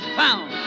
found